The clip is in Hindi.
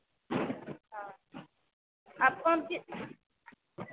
हाँ आप कौन चीज़